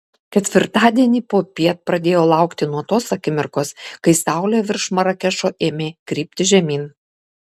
ketvirtadienį popiet pradėjau laukti nuo tos akimirkos kai saulė virš marakešo ėmė krypti žemyn